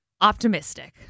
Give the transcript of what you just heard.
optimistic